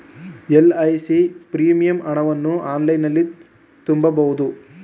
LIC premium ಹಣವನ್ನು ಆನ್ಲೈನಲ್ಲಿ ತುಂಬಬಹುದು